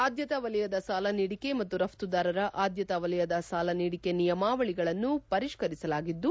ಆದ್ಲತಾ ವಲಯದ ಸಾಲ ನೀಡಿಕೆ ಮತ್ತು ರಘ್ತುದಾರರ ಆದ್ಲತಾ ವಲಯದ ಸಾಲ ನೀಡಿಕೆ ನಿಯಮಾವಳಿಗಳನ್ನು ಪರಿಷ್ಠರಿಸಲಾಗಿದ್ದು